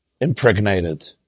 impregnated